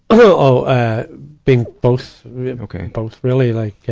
oh, ah, being both. okay. both really. like yeah